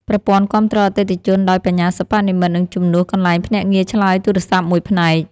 ប្រព័ន្ធគាំទ្រអតិថិជនដោយ បញ្ញាសិប្បនិម្មិត នឹងជំនួសកន្លែងភ្នាក់ងារឆ្លើយទូរសព្ទមួយផ្នែក។